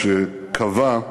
נורדאו, שקבע,